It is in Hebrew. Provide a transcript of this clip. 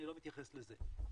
אני לא מתייחס לזה.